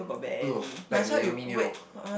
no like Naomi-Neo